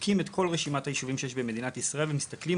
בודקים את כל רשימת הישובים שיש במדינת ישראל ומסתכלים